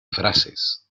frases